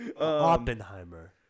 Oppenheimer